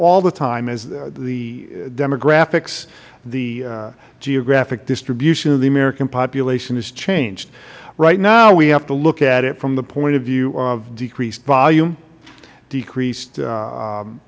all the time as the demographics the geographic distribution of the american population has changed right now we have to look at it from the point of view of decreased volume decreased